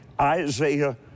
Isaiah